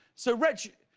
so reg,